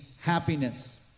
happiness